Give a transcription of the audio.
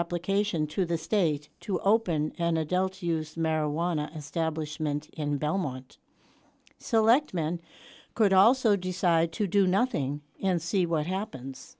application to the state to open an adult use marijuana establishment in belmont so lekman could also decide to do nothing and see what happens